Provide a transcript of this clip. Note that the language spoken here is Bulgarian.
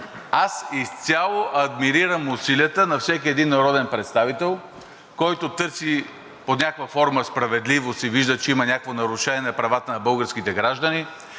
Аз изцяло адмирирам усилията на всеки един народен представител, който търси под някаква форма справедливост и вижда, че има някакво нарушение на българските граждани,